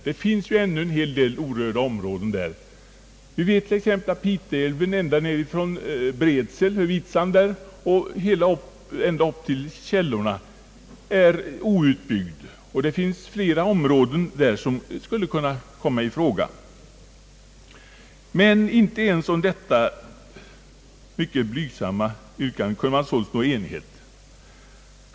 Det finns ju ännu en hel del orörda områden. Vi vet t.ex. att Piteälven från Bredsel vid Vitsand ända upp till källorna är outbyggd, och att det finns flera områden som där skulle kunna komma i fråga. Men inte ens om detta kunde man nå enighet.